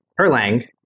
Erlang